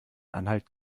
anhalt